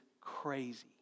crazy